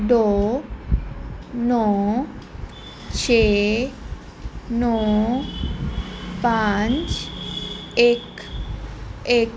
ਦੋ ਨੌਂ ਛੇ ਨੌਂ ਪੰਜ ਇੱਕ ਇੱਕ